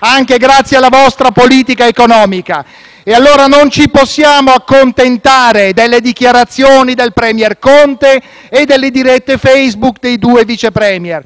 anche grazie alla vostra politica economica. E allora non ci possiamo accontentare delle dichiarazioni del *premier* Conte e delle dirette Facebook dei due Vice *Premier*.